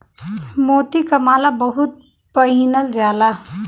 मोती क माला बहुत पहिनल जाला